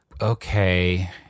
Okay